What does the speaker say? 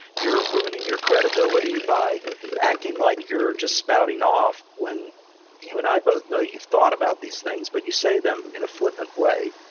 you're ruining your credibility by acting like you're just spouting off when you and i both know you thought about these things, but you say them in a flippant way.